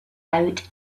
out